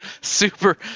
super